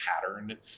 pattern